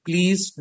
Please